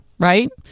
Right